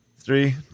Three